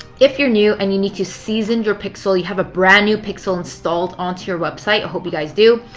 if you're new and you need to season your pixel, you have a brand new pixel installed onto your website, i hope you guys do,